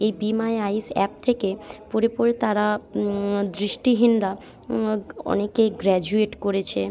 এই be my eyes app থেকে পড়ে পড়ে তারা দৃষ্টিহীনরা অনেকেই গ্র্যাজুয়েট করেছে